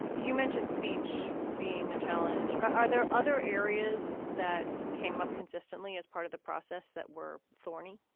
you mentioned speech being a challenge. are there other areas that came up consistently as part of the process that were thorny?